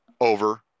over